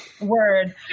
word